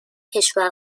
کشور